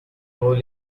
role